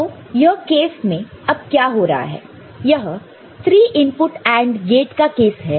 तो यह केस में अब क्या हो रहा है यह 3 इनपुट AND गेट का केस है